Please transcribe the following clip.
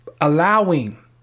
allowing